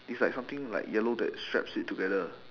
it's like something like yellow that straps it together